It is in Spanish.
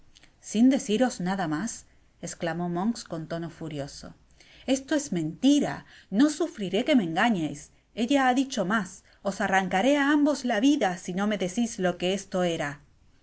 sin deciros nada mas esclamó monks con tono furioso listo es mentira no sufriré que me engañeis ella ha dicho mas os arrancaré á ambos la yida sino me decis lo que esto era